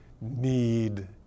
need